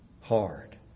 hard